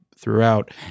throughout